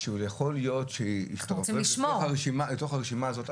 שיכול להיות שהשתרבב לתוך הרשימה הזאת,